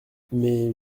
mais